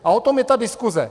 A o tom je ta diskuze!